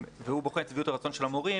והוא בוחן את שביעות הרצון של המורים.